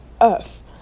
earth